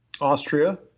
Austria